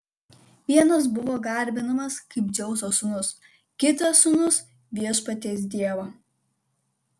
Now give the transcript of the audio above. vienas buvo garbinamas kaip dzeuso sūnus kitas sūnus viešpaties dievo